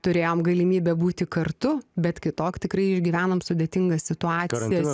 turėjom galimybę būti kartu bet kitok tikrai išgyvenam sudėtingą situacijas